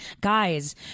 Guys